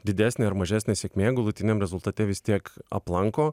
didesnė ar mažesnė sėkmė galutiniam rezultate vis tiek aplanko